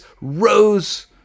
rose